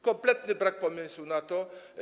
Kompletny brak pomysłu na to.